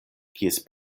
kies